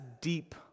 deep